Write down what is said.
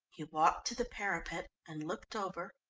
he walked to the parapet and looked over,